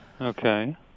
Okay